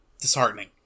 disheartening